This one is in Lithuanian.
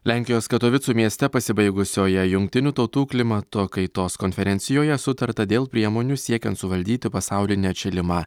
lenkijos katovicų mieste pasibaigusioje jungtinių tautų klimato kaitos konferencijoje sutarta dėl priemonių siekiant suvaldyti pasaulinį atšilimą